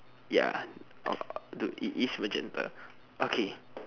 ya uh dude it is magenta okay